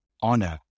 honor